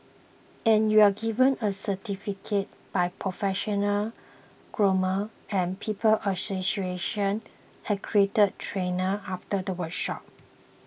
and you are given a certificate by professional groomer and People's Association accredited trainer after the workshop